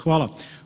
Hvala.